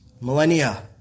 millennia